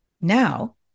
Now